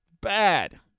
bad